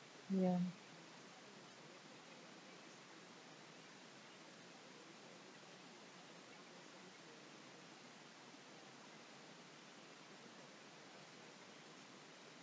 ya